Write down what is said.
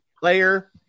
player